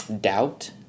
doubt